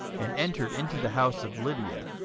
and entered into the house of lydia